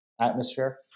atmosphere